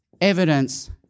evidence